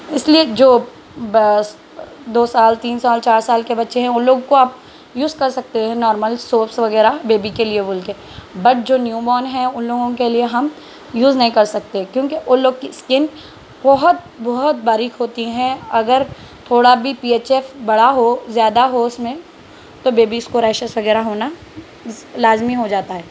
اس لیے جو بس دو سال تین سال چار سال کے بچے ہیں ان لوگوں کو آپ یوز کر سکتے ہیں نورمل سوپس وغیرہ بیبی کے لیے بول کے بٹ جو نیو بورن ہیں ان لوگوں کے لیے ہم یوز نہیں کر سکتے کیونکہ ان لوگوں کی اسکن بہت بہت باریک ہوتی ہیں اگر تھوڑا بھی پی ایچ ایف بڑھا ہو زیادہ ہو اس میں تو بیبیز کو ریشز وغیرہ ہونا لازمی ہو جاتا ہے